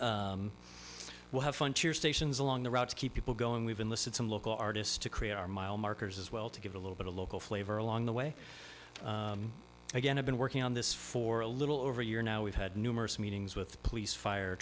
way well have fun cheers stations along the route to keep people going we've enlisted some local artists to create our mile markers as well to give a little bit of local flavor along the way again i've been working on this for a little over a year now we've had numerous meetings with police fire